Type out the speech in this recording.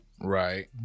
Right